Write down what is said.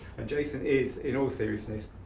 and jason is, in all seriousness,